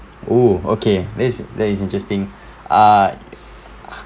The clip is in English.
oh okay that is that is interesting ah